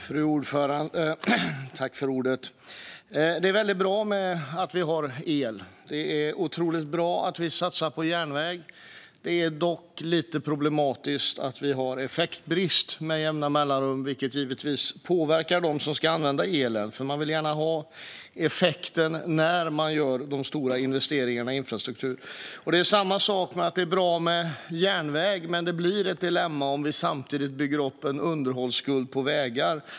Fru talman! Det är bra att det finns el. Det är otroligt bra att vi satsar på järnväg. Det är dock lite problematiskt att det med jämna mellanrum råder effektbrist, vilket givetvis påverkar dem som ska använda elen. Man vill gärna ha effekten när man gör de stora investeringarna i infrastruktur. Det är samma sak att det är bra med järnväg, men det blir ett dilemma om vi samtidigt bygger upp en underhållsskuld för vägar.